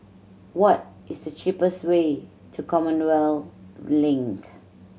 what is the cheapest way to Commonwealth Link